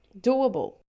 doable